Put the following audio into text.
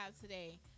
today